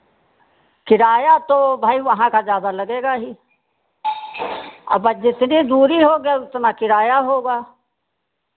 किराया तो भाई वहाँ का ज़्यादा लगेगा ही अब जितनी दूरी होगी उतना किराया होगा